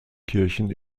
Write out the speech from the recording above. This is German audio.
kirchen